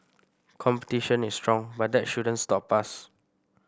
competition is strong but that shouldn't stop us